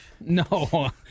No